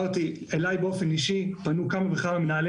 אליי באופן אישי פנו כמה וכמה מנהלי